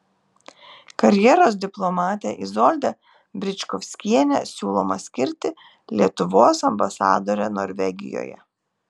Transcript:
karjeros diplomatę izoldą bričkovskienę siūloma skirti lietuvos ambasadore norvegijoje